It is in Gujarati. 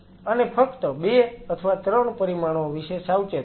અને ફક્ત 2 અથવા 3 પરિમાણો વિશે સાવચેત રહો